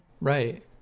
Right